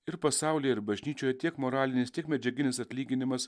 ir pasaulyje ir bažnyčioje tiek moralinis tiek medžiaginis atlyginimas